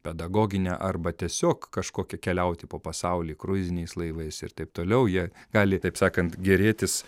pedagoginę arba tiesiog kažkokią keliauti po pasaulį kruiziniais laivais ir taip toliau jie gali taip sakant gėrėtis